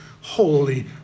holy